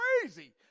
crazy